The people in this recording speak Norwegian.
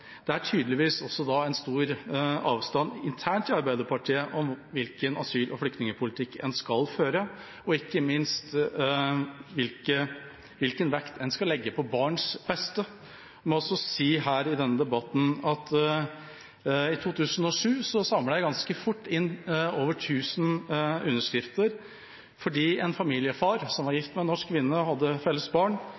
er da tydeligvis en stor avstand internt i Arbeiderpartiet om hvilken asyl- og flyktningpolitikk man skal føre, og ikke minst hvilken vekt man skal legge på barns beste. Jeg må også i denne debatten si at i 2007 samlet jeg ganske fort inn over 1 000 underskrifter, fordi en familiefar som var